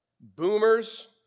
boomers